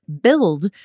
build